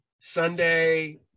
Sunday